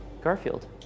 Garfield